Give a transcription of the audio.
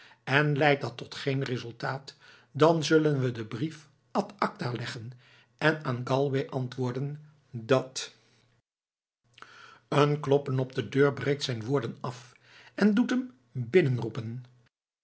en leidt dat tot geen resultaat dan zullen we den brief ad acta leggen en aan galway antwoorden dat een kloppen op de deur breekt zijn woorden af en doet hem binnen roepen